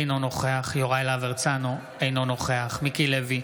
אינו נוכח יוראי להב הרצנו, אינו נוכח מיקי לוי,